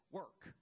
work